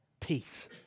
Peace